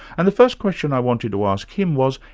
and the first question i wanted to ask him was,